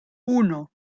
uno